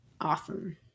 awesome